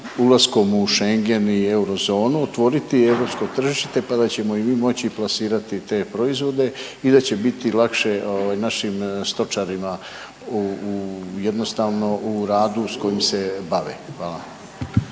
ulaskom u Schengen i eurozonu otvoriti europsko tržište, pa da ćemo i mi moći plasirati te proizvode i da će biti lakše ovaj našim stočarima u, jednostavno u radu s kojim se bave? Hvala.